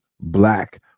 black